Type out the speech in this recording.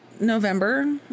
November